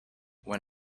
when